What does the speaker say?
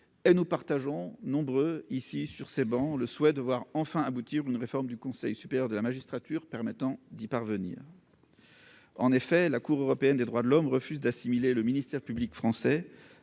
et nous partageons nombre ici sur ces bancs, le souhait de voir enfin aboutir une réforme du Conseil supérieur de la magistrature permettant d'y parvenir. En effet, la Cour européenne des droits de l'homme refuse d'assimiler le ministère public français